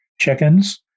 chickens